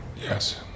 Yes